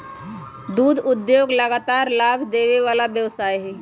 दुध उद्योग लगातार लाभ देबे वला व्यवसाय हइ